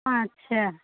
अच्छा